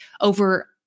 over